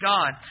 God